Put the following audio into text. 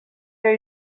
are